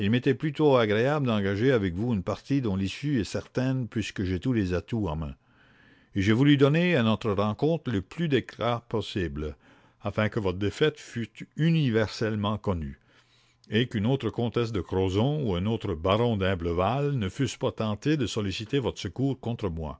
m'était plutôt agréable d'engager avec vous une partie dont l'issue est certaine puisque j'ai tous les atouts en main et j'ai voulu donner à notre rencontre le plus d'éclat possible afin que votre défaite fût universellement connue et qu'une autre comtesse de crozon ou un autre baron d'imblevalle ne fussent pas tentés de solliciter votre secours contre moi